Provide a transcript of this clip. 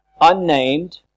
unnamed